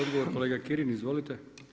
Odgovor kolega Kirin, izvolite.